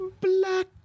Black